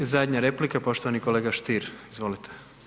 I zadnja replika, poštovani kolega Stier, izvolite.